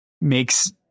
makes